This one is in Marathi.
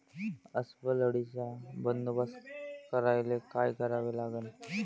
अस्वल अळीचा बंदोबस्त करायले काय करावे लागन?